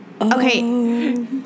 Okay